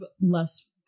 less